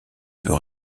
peut